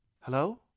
Hello